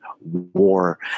war